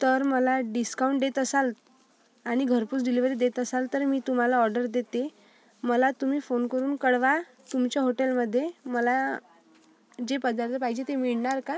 तर मला डिस्काऊंट देत असाल आणि घरपोच डिलेवरी देत असाल तर मी तुम्हाला ऑर्डर देते मला तुम्ही फोन करून कळवा तुमच्या होटेलमध्ये मला जे पदार्थ पाहिजे ते मिळणार का